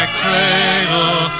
cradle